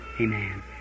Amen